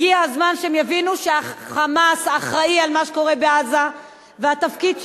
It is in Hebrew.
הגיע הזמן שהם יבינו שה"חמאס" אחראי למה שקורה בעזה והתפקיד שלנו,